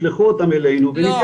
שלחו אותם אלינו ונתייחס.